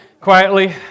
quietly